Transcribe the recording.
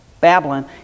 Babylon